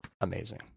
amazing